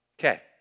Okay